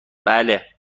بله